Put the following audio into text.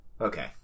okay